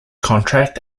contract